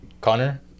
Connor